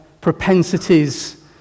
propensities